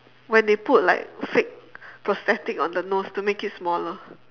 when they put like fake prosthetic on the nose to make it smaller